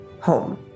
home